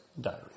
Diary